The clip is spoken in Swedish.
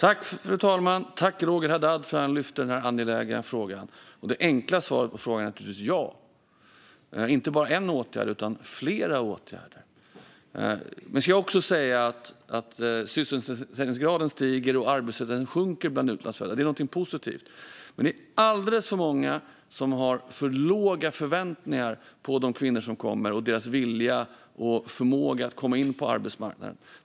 Fru talman! Tack till Roger Haddad för att han lyfter den här angelägna frågan! Det enkla svaret på frågan är naturligtvis ja - inte bara en åtgärd utan flera åtgärder. Vi ska också säga att sysselsättningsgraden stiger och arbetslösheten sjunker bland utlandsfödda. Det är någonting positivt. Men det är alldeles för många som har för låga förväntningar på de kvinnor som kommer och på deras vilja och förmåga att komma in på arbetsmarknaden.